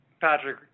Patrick